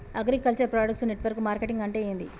Agriculture product network marketing అంటే ఏంది?